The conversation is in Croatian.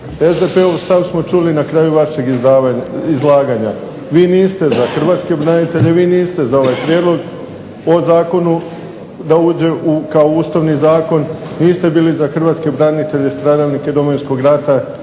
SDP-ov stav smo čuli na kraju vašeg izlaganja. Vi niste za hrvatske branitelje. Vi niste za ovaj prijedlog, o zakonu da uđe kao Ustavni zakon. Niste bili za hrvatske branitelje, stradalnike Domovinskog rata